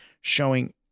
showing